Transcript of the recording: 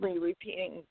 repeating